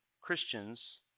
Christians